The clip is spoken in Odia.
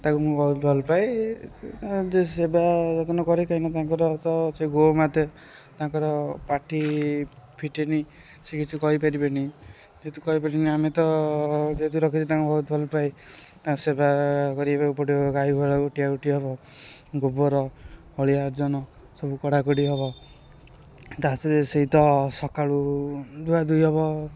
ତାକୁ ମୁଁ ବହୁତ ଭଲପାଏ ଯେ ସେବା ଯତ୍ନ କରେ କାହିଁକିନା ତାଙ୍କର ତ ସେ ଗୋମାତା ତାଙ୍କର ପାଟି ଫିଟେନି ସେ କିଛି କହିପାରିବେନି ଯେହେତୁ କହିପାରିବେନି ଆମେ ତ ଯେହେତୁ ରଖିଛୁ ତାଙ୍କୁ ବହୁତ ଭଲପାଏ ତାଙ୍କ ସେବା କରିବାକୁ ପଡ଼ିବ ଗାଈ ଗୁହାଳ ଗୋଟିଆ ଗୋଟି ହବ ଗୋବର ହଳିଆ ଆବର୍ଜନା ସବୁ କଢ଼ାକାଢ଼ି ହବ ତା' ସହିତ ସକାଳୁ ଧୁଆଧୁଇ ହବ